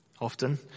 Often